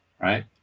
right